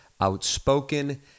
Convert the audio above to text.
outspoken